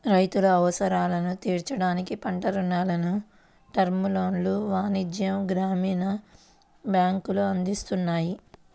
రైతుల అవసరాలను తీర్చడానికి పంట రుణాలను, టర్మ్ లోన్లను వాణిజ్య, గ్రామీణ బ్యాంకులు అందిస్తున్నాయి